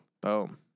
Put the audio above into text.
Boom